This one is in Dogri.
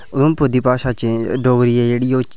उधमपुर दी भाशा चेंज डोगरी ऐ जेह्ड़ी ओह्